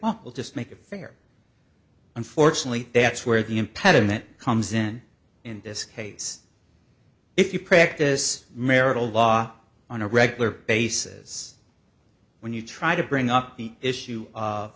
well we'll just make it fair unfortunately that's where the impediment comes in in this case if you practice marital law on a regular basis when you try to bring up the issue